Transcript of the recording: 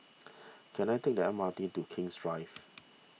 can I take the M R T to King's Drive